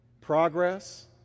progress